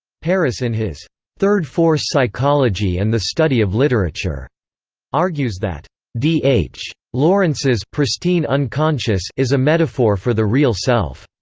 paris in his third force psychology and the study of literature argues that d h. lawrence's pristine unconscious is a metaphor for the real self.